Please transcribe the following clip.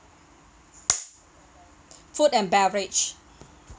food and beverage